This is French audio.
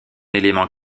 élément